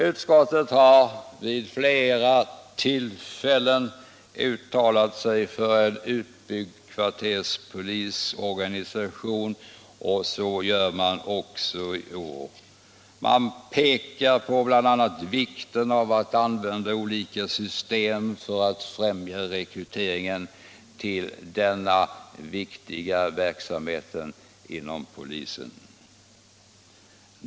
Utskottet har vid flera tillfällen uttalat sig för en utbyggd kvarterspolisorganisation, och så gör utskottet också i år. Man pekar bl.a. på vikten av att använda olika system för att främja rekryteringen till denna viktiga verksamhet inom polisen.